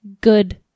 good